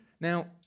Now